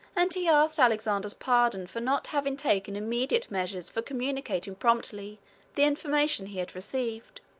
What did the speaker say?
and he asked alexander's pardon for not having taken immediate measures for communicating promptly the information he had received.